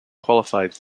qualified